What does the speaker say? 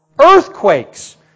earthquakes